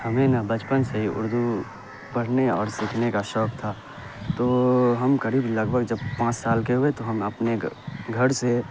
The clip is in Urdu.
ہمیں نا بچپن سے ہی اردو پڑھنے اور سیکھنے کا شوق تھا تو ہم قریب لگ بھگ جب پانچ سال کے ہوئے تو ہم اپنے گھر سے